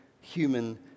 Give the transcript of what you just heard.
human